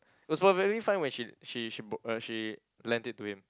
it was perfectly fine when she she she br~ uh she when she lend it to him